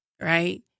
right